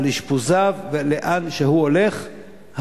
על אשפוזיו ולאן הוא הולך.